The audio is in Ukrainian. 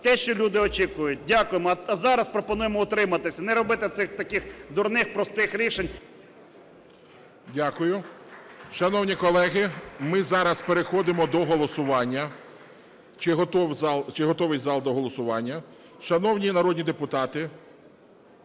те, що люди очікують. Дякуємо. А зараз пропонуємо утриматися, не робити цих таких дурних простих рішень… ГОЛОВУЮЧИЙ. Дякую. Шановні колеги, ми зараз переходимо до голосування. Чи готовий зал до голосування? Шановні народні депутати,